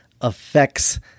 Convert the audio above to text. affects